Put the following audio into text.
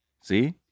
See